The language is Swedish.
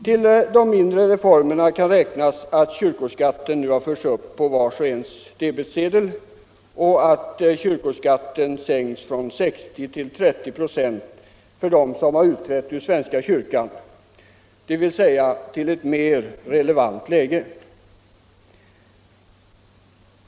Till de mindre reformerna kan räknas att kyrkoskatten nu har förts upp på vars och ens debetsedel och att kyrkoskatten sänkts från 60 till 30 96 för dem som har utträtt ur svenska kyrkan, dvs. till ett mer relevant läge.